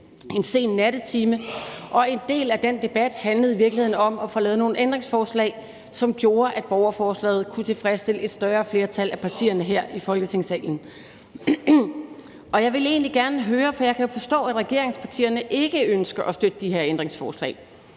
en sen nattetime, og en del af den debat handlede i virkeligheden om at få lavet nogle ændringsforslag, som gjorde, at borgerforslaget kunne tilfredsstille et større flertal af partierne her i Folketingssalen. Det vil jeg egentlig gerne høre mere om, for jeg kan jo forstå, at regeringspartierne ikke ønsker at støtte de her ændringsforslag.